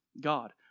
God